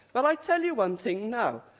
but i'll tell you one thing now,